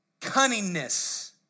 cunningness